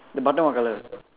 the button what color